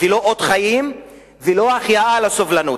ולא אות חיים ולא החייאה לסובלנות,